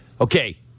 Okay